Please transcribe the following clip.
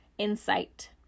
insight